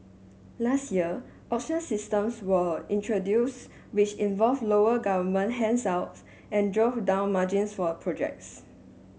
last year auction systems were introduced which involved lower government handouts and drove down margins for projects